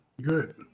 Good